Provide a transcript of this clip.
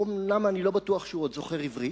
אומנם אני לא בטוח שהוא עוד זוכר עברית,